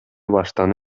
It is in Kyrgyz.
баштан